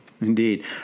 Indeed